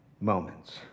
moments